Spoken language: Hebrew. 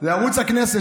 לערוץ הכנסת,